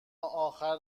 آخر